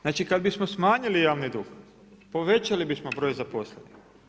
Znači, kada bismo smanjili javni dug, povećali bismo broj zaposlenih.